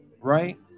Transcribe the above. right